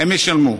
הם ישלמו.